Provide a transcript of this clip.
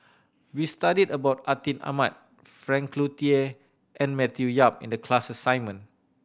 we studied about Atin Amat Frank Cloutier and Matthew Yap in the class assignment